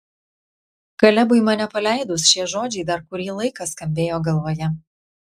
kalebui mane paleidus šie žodžiai dar kurį laiką skambėjo galvoje